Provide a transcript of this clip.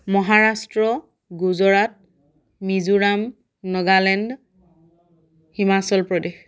Maharashtra Gujarat Mizoram Nagaland Himachal Pradesh